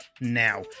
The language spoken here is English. now